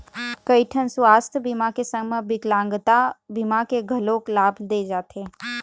कइठन सुवास्थ बीमा के संग म बिकलांगता बीमा के घलोक लाभ दे जाथे